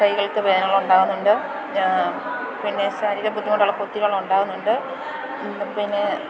കൈകൾക്കു വേദനകൾ ഉണ്ടാവുന്നുണ്ട് പിന്നെ ശരീരം ബുദ്ധിമുട്ടുള്ള കൊത്തികളുണ്ടാവുന്നുണ്ട് പിന്നേ